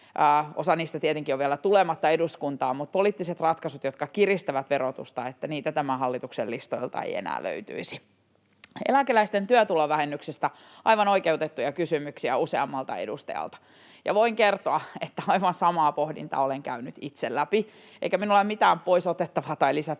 Osa niistä tietenkin on vielä tulematta eduskuntaan, mutta ajattelen, että poliittisia ratkaisuja, jotka kiristävät verotusta, ei tämän hallituksen listoilta enää löytyisi. Eläkeläisten työtulovähennyksestä oli aivan oikeutettuja kysymyksiä useammalta edustajalta, ja voin kertoa, että aivan samaa pohdintaa olen käynyt itse läpi, eikä minulla ole mitään pois otettavaa tai lisättävää